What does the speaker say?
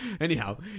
Anyhow